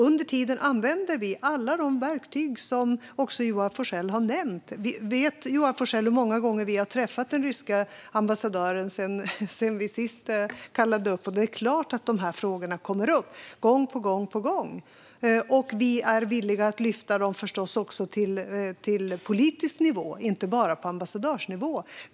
Under tiden använder vi alla de verktyg som Joar Forssell har nämnt. Vet Joar Forssell hur många gånger vi har träffat den ryske ambassadören sedan vi sist kallade upp honom? Det är klart att de här frågorna kommer upp gång på gång. Vi är villiga att lyfta dem också till politisk nivå och inte bara diskutera dem på ambassadörsnivå.